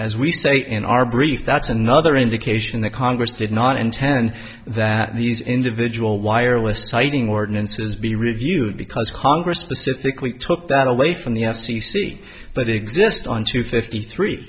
as we say in our brief that's another indication that congress did not intend that these individual wireless siting ordinances be reviewed because congress specifically took that away from the f c c but exist on two thirty three